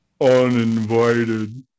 uninvited